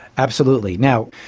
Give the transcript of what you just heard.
absolutely. now,